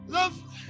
Love